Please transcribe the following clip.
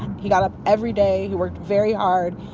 he got up every day. he worked very hard.